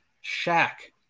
shack